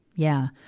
yeah.